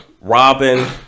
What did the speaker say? Robin